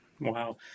Wow